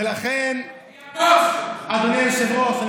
אדוני הבוס.